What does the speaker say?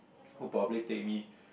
would probably take me